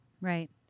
Right